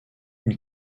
une